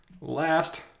Last